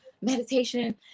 meditation